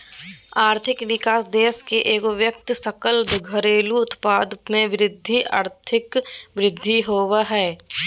आर्थिक विकास देश के एगो व्यक्ति सकल घरेलू उत्पाद में वृद्धि आर्थिक वृद्धि होबो हइ